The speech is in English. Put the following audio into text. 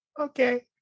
Okay